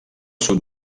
sud